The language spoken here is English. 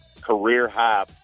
career-high